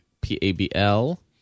p-a-b-l